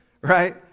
Right